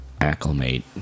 acclimate